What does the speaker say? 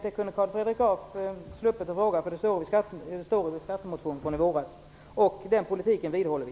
Det kunde Carl Fredrik Graf sluppit fråga; det står i vår skattemotion från i våras. Och den politiken vidhåller vi.